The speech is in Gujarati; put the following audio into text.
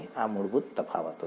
આ મૂળભૂત તફાવત છે